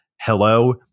hello